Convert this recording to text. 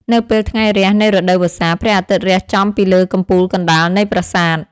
នៅពេលថ្ងៃរះនៃរដូវវស្សា ព្រះអាទិត្យរះចំពីលើកំពូលកណ្តាលនៃប្រាសាទ។